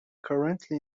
currently